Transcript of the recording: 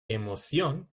emoción